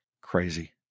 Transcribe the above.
Crazy